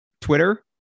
Twitter